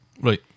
right